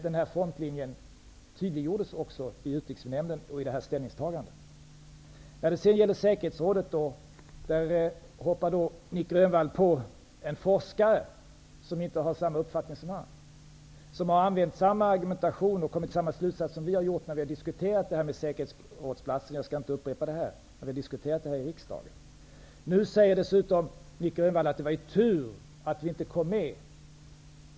Denna frontlinje tydliggjordes också i Utrikesnämnden och i det här ställningstagandet. När det gäller säkerhetsrådet hoppar Nic Grönvall på en forskare som inte har samma uppfattning som han, men som har använt samma argumentation och kommit till samma slutsats som vi har gjort när vi har diskuterat frågan om platser i säkerhetsrådet. Jag skall inte upprepa det här. Vi har diskuterat detta i riksdagen. Nu säger dessutom Nic Grönvall att det var tur att vi inte kom med i säkerhetsrådet.